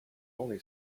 only